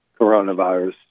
coronavirus